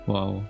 Wow